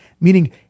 Meaning